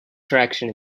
traction